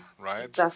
right